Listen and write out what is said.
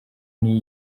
niyo